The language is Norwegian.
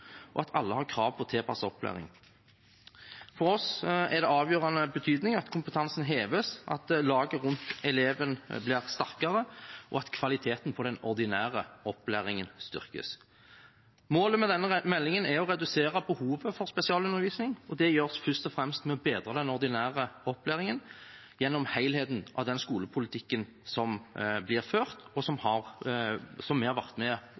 og at alle har krav på tilpasset opplæring. For oss er det av avgjørende betydning at kompetansen heves, at laget rundt eleven blir sterkere, og at kvaliteten på den ordinære opplæringen styrkes. Målet med denne meldingen er å redusere behovet for spesialundervisning, og det gjøres først og fremst ved å bedre den ordinære opplæringen gjennom helheten av den skolepolitikken som blir ført, og som vi har vært